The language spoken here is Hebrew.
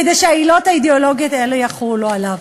כדי שהעילות האידיאולוגיות האלה יחולו עליו.